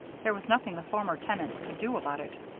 there was nothing the former tenants could do about it.